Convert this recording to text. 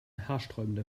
haarsträubender